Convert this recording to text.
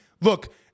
Look